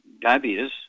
diabetes